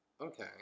okay